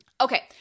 Okay